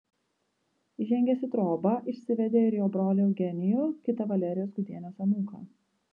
įžengęs į trobą išsivedė ir jo brolį eugenijų kitą valerijos gudienės anūką